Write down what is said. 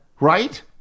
Right